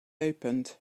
opened